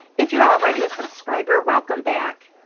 if you're already a subscriber, welcome back.